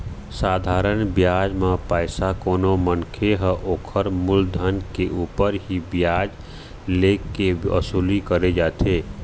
साधारन बियाज म पइसा कोनो मनखे ह ओखर मुलधन के ऊपर ही बियाज ले के वसूली करे जाथे